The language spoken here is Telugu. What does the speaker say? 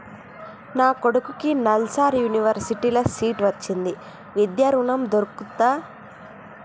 నా కొడుకుకి నల్సార్ యూనివర్సిటీ ల సీట్ వచ్చింది విద్య ఋణం దొర్కుతదా?